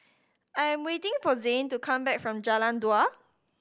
I am waiting for Zane to come back from Jalan Dua